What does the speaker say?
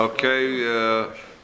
Okay